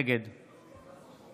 נגד